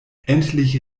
endlich